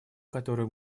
которую